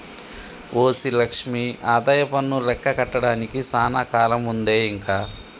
OC Lakshmi ఆదాయపన్ను లెక్క కట్టడానికి సానా కాలముందే ఇంక